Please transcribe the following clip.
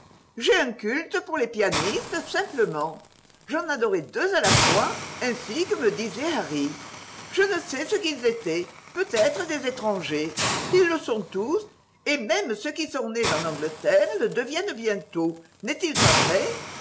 j'ai un culte pour les pianistes simplement j'en adorais deux à la fois ainsi que me disait harry je ne sais ce qu'ils étaient peut-être des étrangers ils le sont tous et même ceux qui sont nés en angleterre le deviennent bientôt n'est-il pas vrai